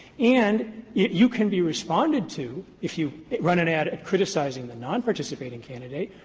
and you can be responded to, if you run an ad criticizing the non-participating candidate,